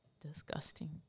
disgusting